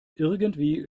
irgendwie